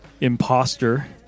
imposter